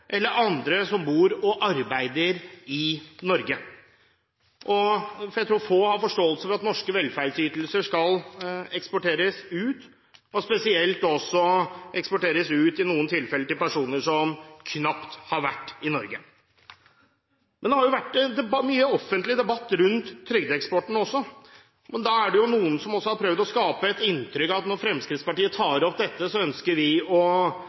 eller andre som bor og arbeider i Norge, for jeg tror få har forståelse for at norske velferdsytelser skal eksporteres ut – spesielt i de tilfeller der de eksporteres ut til personer som knapt har vært i Norge. Det har vært mye offentlig debatt rundt trygdeeksporten. Når vi har tatt opp temaet, er det noen som har prøvd å skape et inntrykk av at Fremskrittspartiet ønsker å hindre f.eks. alderspensjonister i å